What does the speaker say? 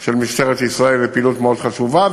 של משטרת ישראל היא פעילות מאוד חשובה,